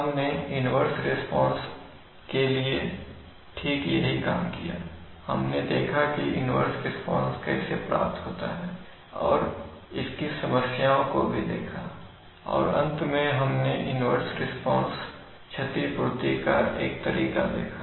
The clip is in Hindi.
हमने इन्वर्स रिस्पांस के लिए ठीक यही काम किया हमने देखा कि इन्वर्स रिस्पांस कैसे उत्पन्न होता है और इसकी समस्याओं को भी देखा और अंत में हमने इन्वर्स रिस्पांस क्षतिपूर्ति का एक तरीका देखा